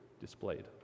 displayed